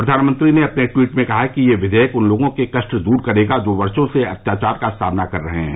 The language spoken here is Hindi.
प्रधानमंत्री ने ट्वीट में कहा कि यह विधेयक उन लोगों के कष्ट दूर करेगा जो वर्षो से अत्याचार का सामना कर रहे हैं